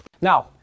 Now